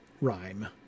rhyme